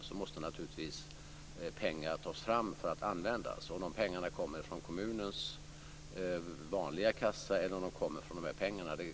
Jag kan ändå inte se det som en stor och avgörande fråga om de pengarna kommer från kommunens vanliga kassa eller om de kommer från dessa medel.